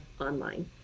online